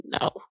no